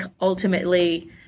ultimately